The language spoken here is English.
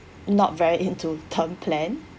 not very into term plan